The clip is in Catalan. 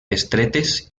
estretes